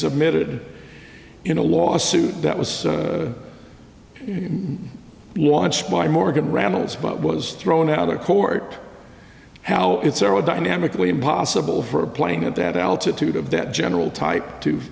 submitted in a lawsuit that was launched by morgan randall's but was thrown out of their court how it's aerodynamically impossible for a plane at that altitude of that general type to